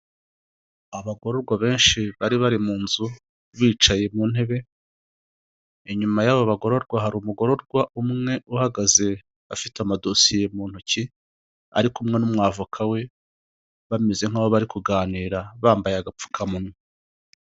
Abagororwa benshi bari bari mu nzu bicaye mu ntebe inyuma y'abo bagororwa hari umugororwa umwe uhagaze afite amadosiye mu ntoki ari kumwe n'umwavoka we bameze nk'aho bari kuganira bambaye agapfukamunwa.